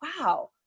wow